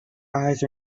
eyes